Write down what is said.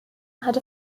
had